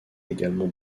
également